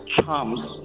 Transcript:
charms